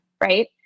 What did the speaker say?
right